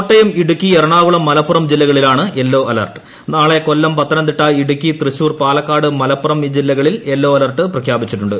കോട്ടയം ഇടുക്കി എറണാകുളം മലപ്പുറം ജില്ലകളിലാണ് yellow alert നാളെ ക്കൊല്ലം പത്തനംതിട്ട ഇടുക്കി തൃശൂർ പാലക്കാട് മലപ്പുറം ജില്ലകളിൽ യെല്ലോ അലർട്ട് പ്രഖ്യാപിച്ചിട്ടുണ്ട്